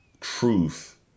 truth